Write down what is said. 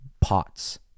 pots